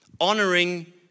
Honoring